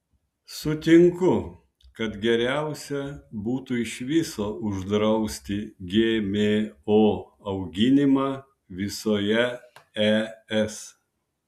sutinku kad geriausia būtų iš viso uždrausti gmo auginimą visoje es